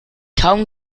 kaum